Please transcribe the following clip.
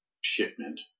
shipment